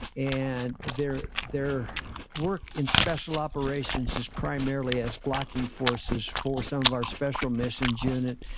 and their their work in special operations is primarily as blocking forces for some of our special missions unit,